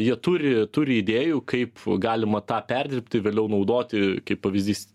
jie turi turi idėjų kaip galima tą perdirbti vėliau naudoti kaip pavyzdys